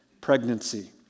pregnancy